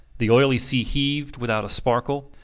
the oily sea heaved without a sparkle,